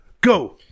Go